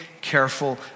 careful